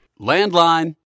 Landline